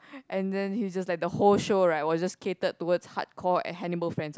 and then he's just like the whole show right was just catered towards hardcore and Hannibal's friends orh